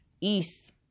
east